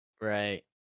right